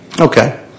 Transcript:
Okay